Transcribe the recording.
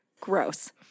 Gross